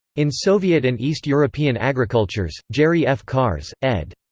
in soviet and east european agricultures, jerry f. karcz, ed.